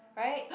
right